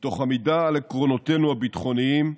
מתוך עמידה על עקרונותינו הביטחוניים,